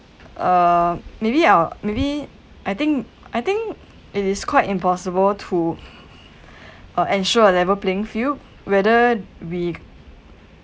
uh maybe I'll maybe I think I think it is quite impossible to uh ensure a level playing field whether we